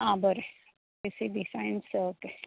आ बरें P C B science okay